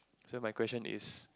so my question is